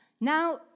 Now